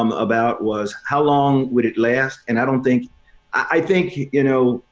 um about was how long would it last? and i don't think i think, you know,